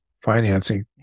financing